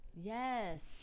Yes